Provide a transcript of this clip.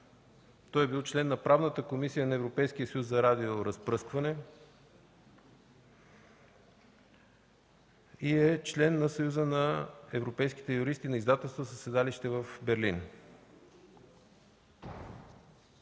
Бил е член на Правната комисия на Европейския съюз за радиоразпръскване и е член на Съюза на европейските юристи на издателства със седалище в Берлин.